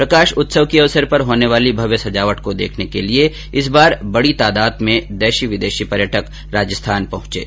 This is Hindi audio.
प्रकाश उत्सव के अवसर पर होने वाली भव्य सजावट को देखने के लिए इस बार बड़ी संख्या में देशी विदेशी पर्यटक राजस्थान आए हए है